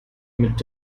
mit